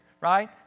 right